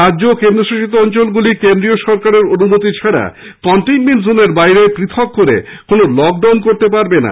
রাজ্য ও কেন্দ্রশাসিত অঞ্চলগুলি কেন্দ্রীয় সরকারের অনুমতি ছাড়া কনটেইনমেন্ট জোনের বাইরে আলাদা করে কোনো লকডাউন করতে পারবে না